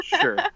Sure